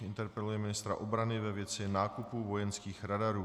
Interpeluje ministra obrany ve věci nákupu vojenských radarů.